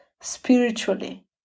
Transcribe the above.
spiritually